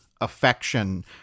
affection